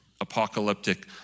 apocalyptic